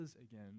again